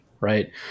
right